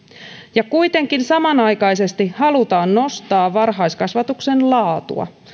ja kuitenkin samanaikaisesti halutaan nostaa varhaiskasvatuksen laatua